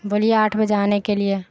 بولیے آٹھ بجے آنے کے لیے